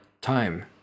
time